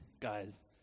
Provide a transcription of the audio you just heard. guys